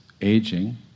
aging